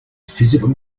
physical